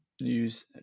news